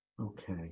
Okay